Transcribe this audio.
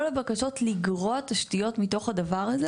כל הבקשות לגרוע תשתיות מתוך הדבר הזה,